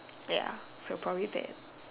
ya so probably that